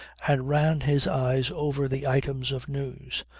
and ran his eyes over the item of news.